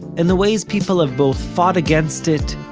and the ways people have both fought against it,